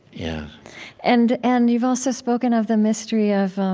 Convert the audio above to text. yeah and and you've also spoken of the mystery of